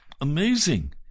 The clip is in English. amazing